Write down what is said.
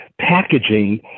packaging